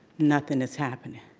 nothing is happening.